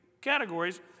categories